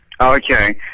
Okay